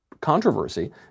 controversy